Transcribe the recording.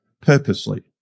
purposely